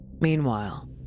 Meanwhile